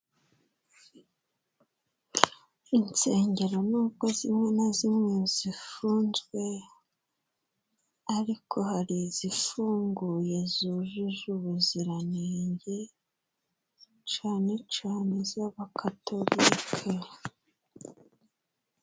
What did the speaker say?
Insengero nubwo zimwe na zimwe zifunzwe ariko hari izifunguye zujuje ubuziranenge cane cane iz'Abakatolike.